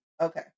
Okay